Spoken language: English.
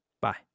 Bye